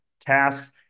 tasks